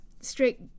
Straight –